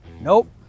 Nope